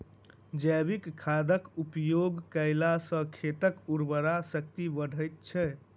जैविक खादक उपयोग कयला सॅ खेतक उर्वरा शक्ति बढ़ैत छै